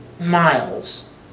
miles